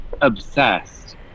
obsessed